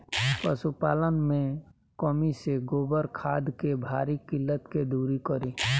पशुपालन मे कमी से गोबर खाद के भारी किल्लत के दुरी करी?